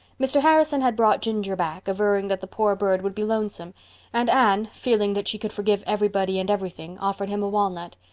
mr. harrison had brought ginger back, averring that the poor bird would be lonesome and anne, feeling that she could forgive everybody and everything, offered him a walnut.